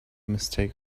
mistake